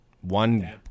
One